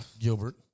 Gilbert